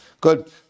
Good